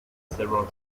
several